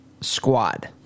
squad